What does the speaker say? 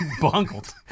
Bungled